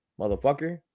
motherfucker